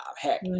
heck